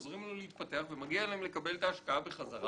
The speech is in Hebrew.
עוזרים לו להתפתח ומגיע להם לקבל את ההשקעה בחזרה,